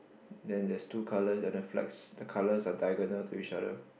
then there's two colours and the flags the colours are diagonal to each other